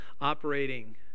operating